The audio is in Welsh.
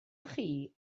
chi